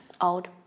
Old